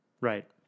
Right